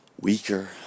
weaker